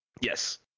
Yes